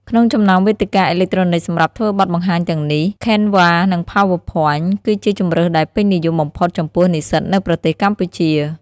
ក្នុងចំណោមវេទិកាអេឡិចត្រូនិកសម្រាប់ធ្វើបទបង្ហាញទាំងនេះ Canva និង Power Point គឺជាជម្រើសដែលពេញនិយមបំផុតចំពោះនិស្សិតនៅប្រទេសកម្ពុជា។